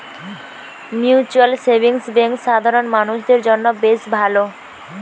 mutual savings bank সাধারণ মানুষদের জন্য বেশ ভালো